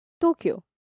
Tokyo